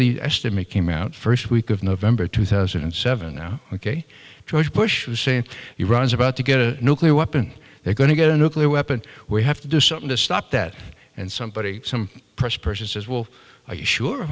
the estimate came out first week of november two thousand and seven now ok george bush was saying iraq is about to get a nuclear weapon they're going to get a nuclear weapon we have to do something to stop that and somebody some press person says will